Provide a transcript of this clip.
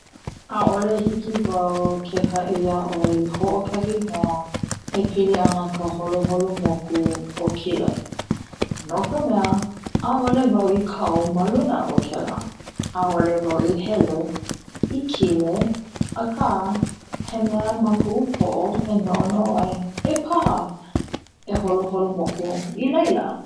ʻAʻole hiki wau ke haʻi iaʻoe hoʻokahi mea e pili ana ka holoholo moku o kile. no ka mea, ʻaʻole wau i kau ma luna o kela, ʻaʻole wau i hele i kile. Aka he mea ma koʻu poʻo e noʻonoʻo ai, e paha e holoholo moku ilaila.